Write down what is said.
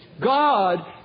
God